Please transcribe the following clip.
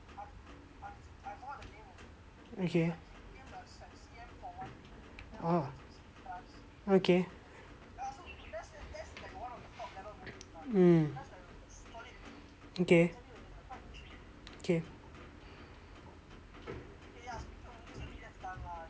okay orh okay